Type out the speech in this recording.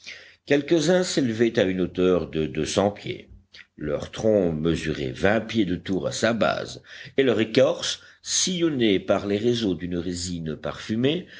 quelques-uns s'élevaient à une hauteur de deux cents pieds leur tronc mesurait vingt pieds de tour à sa base et leur écorce sillonnée par les réseaux d'une résine parfumée